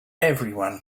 everyone